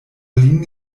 lin